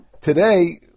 Today